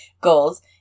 goals